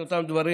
את אותם דברים